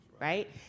Right